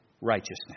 righteousness